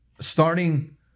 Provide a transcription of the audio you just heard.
starting